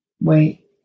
Wait